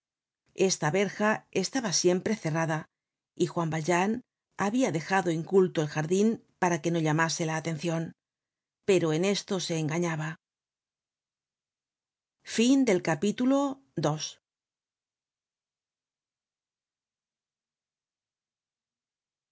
esta verja estaba siempre cerrada y juan valjean habia dejado inculto el jardin para que no llamase la atencion pero en esto se engañaba content from